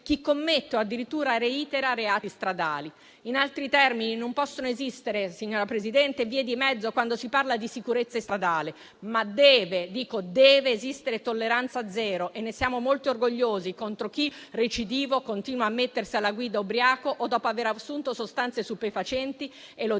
chi commette o addirittura reitera reati stradali. In altri termini, non possono esistere, signora Presidente, vie di mezzo quando si parla di sicurezza stradale, ma deve esistere tolleranza zero - e ne siamo molto orgogliosi - contro chi, recidivo, continua a mettersi alla guida ubriaco o dopo aver assunto sostanze stupefacenti e serve